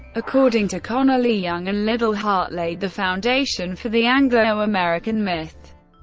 according to connelly, young and liddell hart laid the foundation for the anglo-american myth,